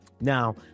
Now